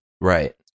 Right